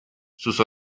sus